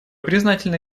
признательны